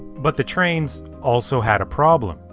but the trains also had a problem.